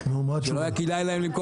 לא משתלם להם.